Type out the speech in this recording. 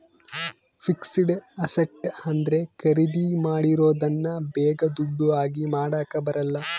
fixed asset ಅಂದ್ರೆ ಖರೀದಿ ಮಾಡಿರೋದನ್ನ ಬೇಗ ದುಡ್ಡು ಆಗಿ ಮಾಡಾಕ ಬರಲ್ಲ